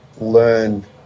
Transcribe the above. learn